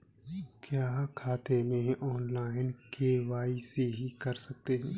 क्या खाते में ऑनलाइन के.वाई.सी कर सकते हैं?